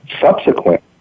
subsequent